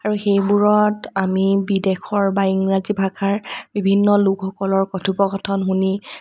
আৰু সেইবোৰত আমি বিদেশৰ বা ইংৰাজী ভাষাৰ বিভিন্ন লোকসকলৰ কথোপকথন শুনি